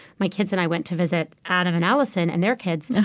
my kids and i went to visit adam and allison and their kids.